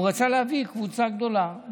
הוא רצה להביא קבוצה גדולה,